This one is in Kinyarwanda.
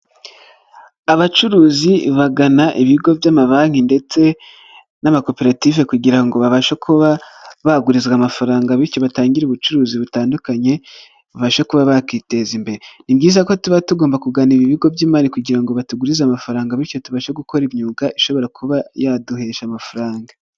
Abacuruzi bagana ibigo by'amabanki ndetse n'amakoperative kugira ngo babashe kuba baguririza amafaranga bityo batangira ubucuruzi butandukanye babashe kuba bakiteza imbere, ni byiza ko tuba tugomba kugana ibigo by'imari kugira ngo batugurize amafaranga bityo tubashe gukora imyuga ishobora kuba yaduhesha amafaranga.